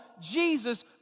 Jesus